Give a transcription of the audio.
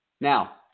now